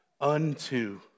unto